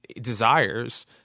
desires